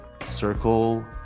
circle